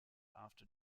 after